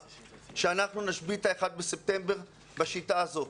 שאנחנו נשבית את ה-1 בספטמבר בשיטה הזאת.